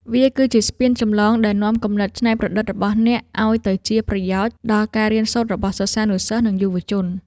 វាគឺជាស្ពានចម្លងដែលនាំគំនិតច្នៃប្រឌិតរបស់អ្នក ឱ្យទៅជាប្រយោជន៍ដល់ការរៀនសូត្ររបស់សិស្សានុសិស្ស និងយុវជន។